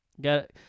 got